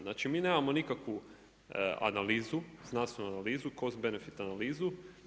Znači mi nemamo nikakvu analizu, znanstvenu analizu, cost benefit analizu.